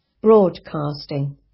Broadcasting